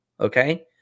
Okay